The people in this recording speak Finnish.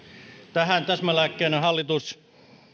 tähän täsmälääkkeenä hallitus